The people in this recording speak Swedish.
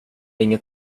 inget